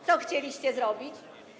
Co chcieliście zrobić?